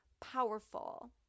powerful